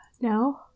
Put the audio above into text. No